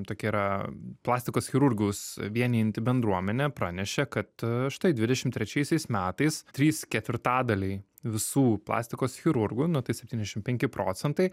tokia yra plastikos chirurgus vienijanti bendruomenė pranešė kad štai dvidešim trečiaisiais metais trys ketvirtadaliai visų plastikos chirurgų nu tai septyniasdešimt penki procentai